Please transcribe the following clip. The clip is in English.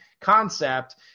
concept